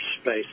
space